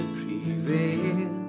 prevail